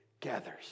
gathers